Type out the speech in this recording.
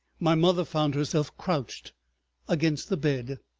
my mother found herself crouched against the bed,